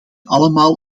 allemaal